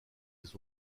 les